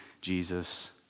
Jesus